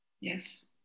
Yes